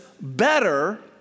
better